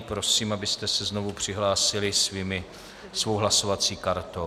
Prosím, abyste se znovu přihlásili svou hlasovací kartou.